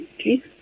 Okay